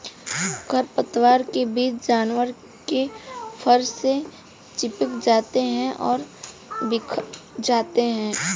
खरपतवार के बीज जानवर के फर से चिपक जाते हैं और बिखर जाते हैं